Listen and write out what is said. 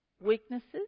weaknesses